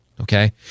okay